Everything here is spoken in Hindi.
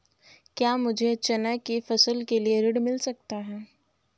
क्या मुझे चना की फसल के लिए ऋण मिल सकता है?